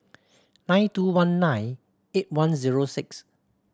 nine two one nine eight one zero six